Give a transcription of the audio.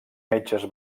metges